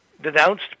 denounced